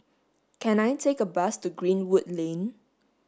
can I take a bus to Greenwood Lane